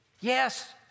Yes